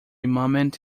moment